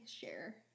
share